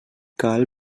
cal